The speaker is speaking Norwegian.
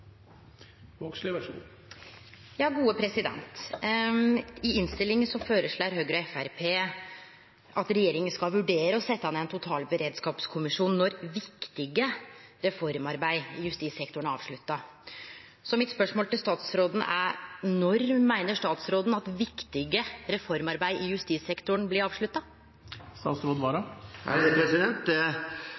at regjeringa skal vurdere å setje ned ein totalberedskapskommisjon når «viktige reformarbeid» i justissektoren er avslutta. Spørsmålet mitt til statsråden er: Når meiner statsråden at «viktige reformarbeid» i justissektoren blir avslutta?